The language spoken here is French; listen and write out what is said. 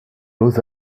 beaux